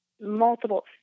multiple